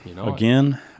again